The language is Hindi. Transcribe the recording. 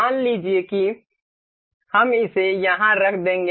मान लीजिए कि हम इसे यहां रख देंगे